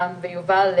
לנו,